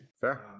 Fair